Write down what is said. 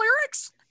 lyrics